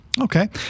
Okay